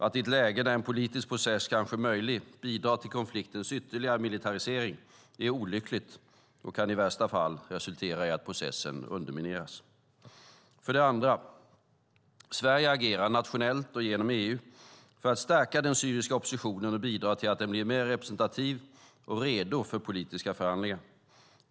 Att i ett läge där en politisk process kanske är möjlig bidra till konfliktens ytterligare militarisering är olyckligt och kan i värsta fall resultera i att processen undermineras. För det andra agerar Sverige nationellt och genom EU för att stärka den syriska oppositionen och bidra till att den blir mer representativ och redo för politiska förhandlingar.